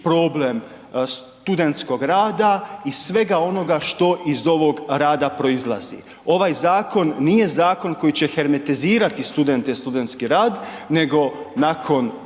problem studentskog rada i svega onoga što iz ovoga rada proizlazi. Ovaj zakon nije zakon koji će hermetizirati studente i studentski rad nego nakon